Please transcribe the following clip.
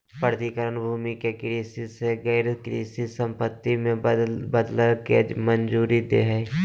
प्राधिकरण भूमि के कृषि से गैर कृषि संपत्ति में बदलय के मंजूरी दे हइ